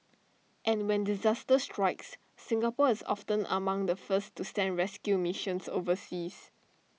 and when disaster strikes Singapore is often among the first to send rescue missions overseas